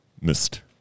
Missed